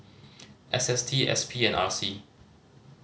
S S T S P and R C